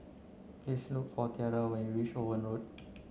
please look for Tiara when you reach Owen Road